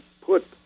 put